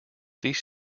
these